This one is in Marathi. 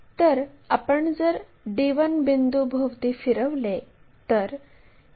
तर आपण जर d1 बिंदूभोवती फिरवले तर a1 सुद्धा हलेल